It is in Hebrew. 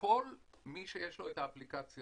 כל מי שיש לו את האפליקציה,